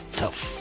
tough